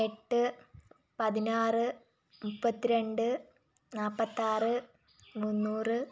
എട്ട് പതിനാറ് മുപ്പത്തിരണ്ട് നാൽപ്പത്താറ് മുന്നൂറ്